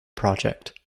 project